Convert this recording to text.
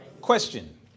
Question